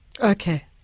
Okay